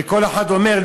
וכל אחת אומרת,